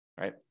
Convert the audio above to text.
right